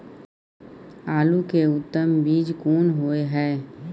आलू के उत्तम बीज कोन होय है?